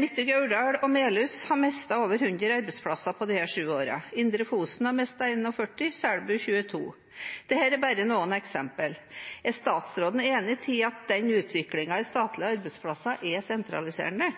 Midtre Gauldal og Melhus derimot, har mistet over 100 arbeidsplasser på disse 7 årene. Indre Fosen har mistet 41 og Selbu 22, og dette er bare noen av eksemplene. Er statsråden enig i at denne utviklingen i statlige arbeidsplasser er